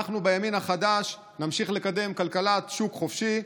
אנחנו בימין החדש נמשיך לקדם כלכלת שוק חופשי,